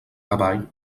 cavall